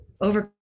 over